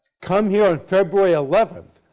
come here on february eleven,